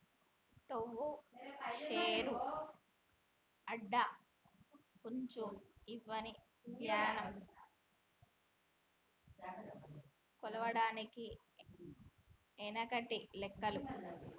తవ్వ, శేరు, అడ్డ, కుంచం ఇవ్వని ధాన్యం కొలవడానికి ఎనకటి లెక్కలు